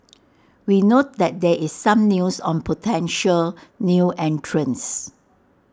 we note that there is some news on potential new entrants